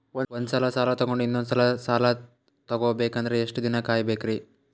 ಒಂದ್ಸಲ ಸಾಲ ತಗೊಂಡು ಇನ್ನೊಂದ್ ಸಲ ಸಾಲ ತಗೊಬೇಕಂದ್ರೆ ಎಷ್ಟ್ ದಿನ ಕಾಯ್ಬೇಕ್ರಿ?